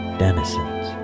denizens